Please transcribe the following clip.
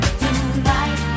tonight